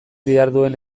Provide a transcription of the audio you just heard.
diharduen